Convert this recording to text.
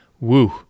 Woo